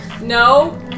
No